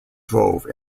drove